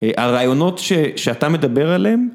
הרעיונות שאתה מדבר עליהם